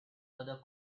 other